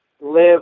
live